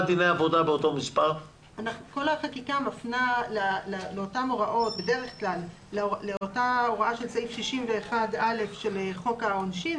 כל החקיקה מפנה בדרך כלל לאותה הוראה של סעיף 61(א) של חוק העונשין,